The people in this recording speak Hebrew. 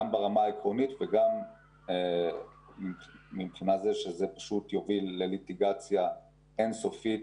ברמה העקרונית וגם מכיוון שזה יוביל לליטיגציה אין סופית,